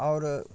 आओर